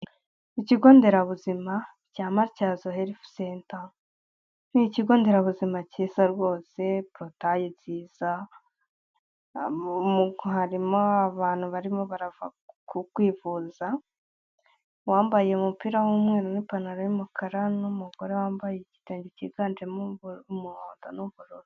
Ikigo nderabuzima cya Matyazo heresi senta. Ni ikigo nderabuzima cyiza rwose, porotaye nziza. Harimo abantu barimo barava kwivuza, uwambaye umupira w'umweru n'ipantaro y'umukara, n'umugore wambaye igitenge cyiganjemo umuhondo n'ubururu.